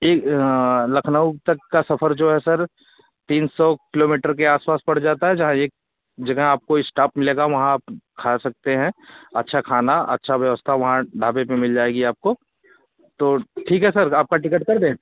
एक लखनऊ तक का सफ़र जो है सर तीन सौ किलोमीटर के आस पास पड़ जाता है जहाँ एक जगह आपको इस्टाॅप मिलेगा वहाँ आप खा सकते हैं अच्छा खाना अच्छी व्यवस्था वहाँ ढाबे पर मिल जाएगी आपको तो ठीक है सर आपकी टिकट कर दें